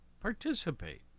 participate